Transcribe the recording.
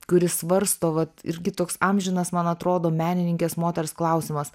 kuris svarsto vat irgi toks amžinas man atrodo menininkės moters klausimas